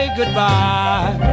goodbye